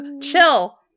chill